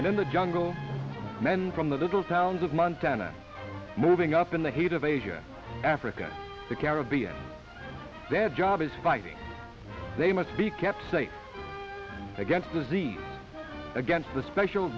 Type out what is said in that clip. in the jungle men from the little towns of montana moving up in the heat of asia africa the caribbean their job is fighting they must be kept safe against disease against the special